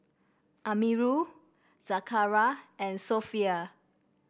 Amirul Zakaria and Sofea